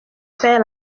faire